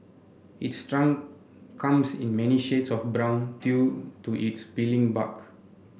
its trunk comes in many shades of brown due to its peeling bark